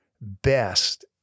best